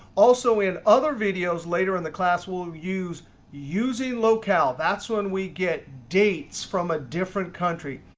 also in other videos later in the class, we'll use using locale. that's when we get dates from a different country.